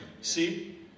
see